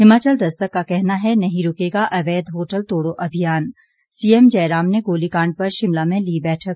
हिमाचल दस्तक का कहना है नहीं रुकेगा अवैध होटल तोड़ो अभियान सीएम जयराम ने गोलीकांड पर शिमला में ली बैठक